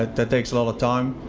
that takes a lot of time.